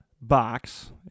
box